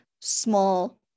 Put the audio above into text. small